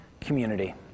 community